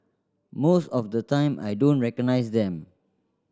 most of the time I don't recognise them